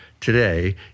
today